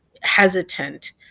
hesitant